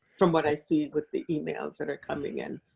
from what i see with the emails that are coming in.